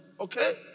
Okay